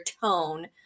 tone